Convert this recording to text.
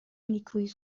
نیکویی